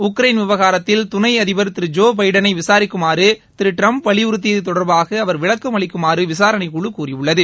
Ukraine விவகாரத்தில் துணை அதிபர் திரு ஜோ பைடனை விசாரிக்குமாறு திரு ட்டிரம்ப் வலியுறுத்தியது தொடர்பாக அவர் விளக்கம் அளிக்குமாறு விசாரணைக் குழு கூறியுள்ளது